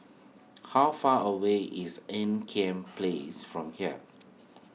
how far away is Ean Kiam Place from here